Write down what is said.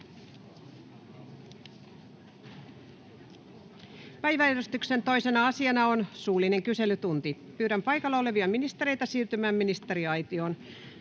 Päiväjärjestyksen 2. asiana on suullinen kyselytunti. Pyydän paikalla olevia ministereitä siirtymään ministeriaitioon.